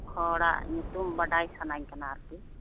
ᱦᱚᱲᱟᱜ ᱧᱩᱛᱩᱢ ᱵᱟᱰᱟᱭ ᱥᱟᱱᱟᱧ ᱠᱟᱱᱟ ᱟᱨᱠᱤ